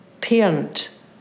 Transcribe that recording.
parent